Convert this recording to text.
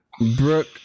Brooke